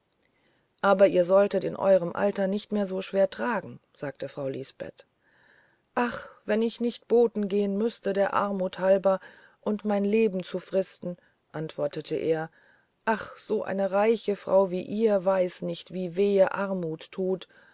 aber ihr solltet in eurem alter nicht mehr so schwer tragen sagte frau lisbeth ja wenn ich nicht boten gehen müßte der armut halber und um mein leben zu fristen antwortete er ach so eine reiche frau wie ihr weiß nicht wie wehe armut tut